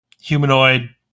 Humanoid